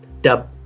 dub